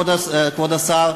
כבוד השר,